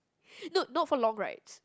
no not for long rides